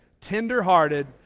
tenderhearted